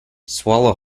swallow